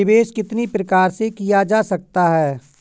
निवेश कितनी प्रकार से किया जा सकता है?